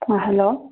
hello